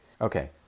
okay